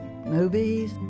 movies